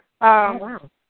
Wow